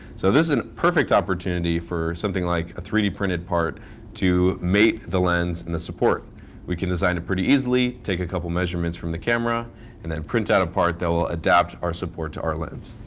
so this is a perfect opportunity for something like a three d printed part to mate the lens and the support we can design it pretty easily, take a couple of measurements t the camera and then print out a part that will adapt our support to our lens.